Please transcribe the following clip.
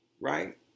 right